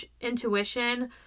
intuition